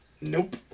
Nope